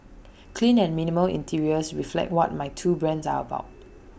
clean and minimal interiors reflect what my two brands are about